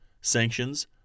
sanctions